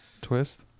Twist